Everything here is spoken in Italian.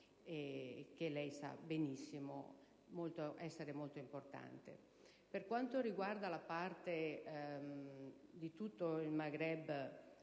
Grazie